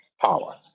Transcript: power